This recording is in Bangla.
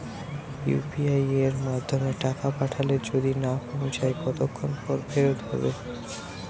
ইউ.পি.আই য়ের মাধ্যমে টাকা পাঠালে যদি না পৌছায় কতক্ষন পর ফেরত হবে?